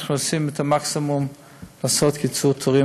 אנחנו עושים את המקסימום לקיצור תורים,